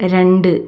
രണ്ട്